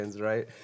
right